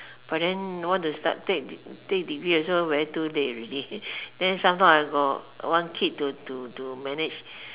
but then what does what does that take degree also too late already and then some more I got got got one kid to manage